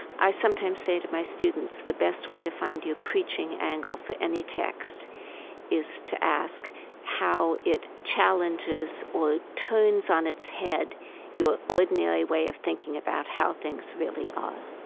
i sometimes say to my students the best way to find your preaching angle for any text is to ask how it challenges or turns on its head your ordinary way of thinking about how things really are